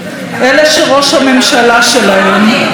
גם אם לא כולם בחרו בו,